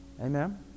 amen